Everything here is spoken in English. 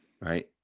right